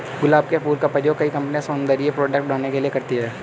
गुलाब के फूल का प्रयोग कई कंपनिया सौन्दर्य प्रोडेक्ट बनाने के लिए करती है